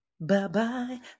Bye-bye